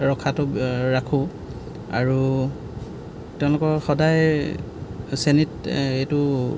ৰখাটোক ৰাখোঁ আৰু তেওঁলোকক সদায় এইটো